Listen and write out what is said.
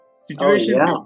situation